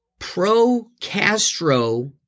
pro-Castro